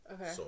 Okay